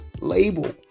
label